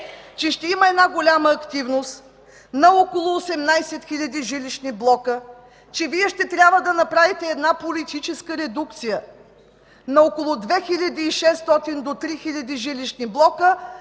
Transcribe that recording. че ще има голяма активност на около 18 хиляди жилищни блока и Вие ще трябва да направите политическа редукция на около 2600 до 3000 жилищни блока,